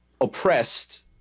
oppressed